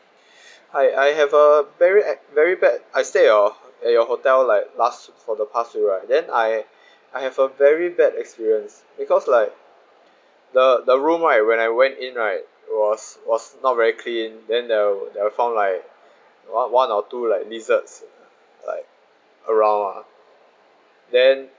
hi I have a very ex~ very bad I stayed your at your hotel like last for the past few right then I I have a very bad experience because like the the room right when I went in right it was was not very clean then there I I found like one one or two lizard like around uh then